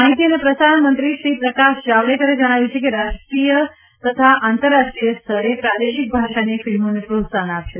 માહિતી અને પ્રસારણમંત્રીશ્રી પ્રકાશ જાવડેકરે જણાવ્યું છે કે સરકાર રાષ્ટ્રીય તથા આંતરરાષ્ટ્રીય સ્તરે પ્રાદેશિક ભાષાની ફિલ્મોને પ્રોત્સાહન આપશે